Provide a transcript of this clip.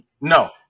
No